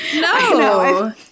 No